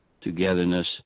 togetherness